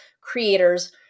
creators